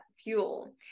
fuel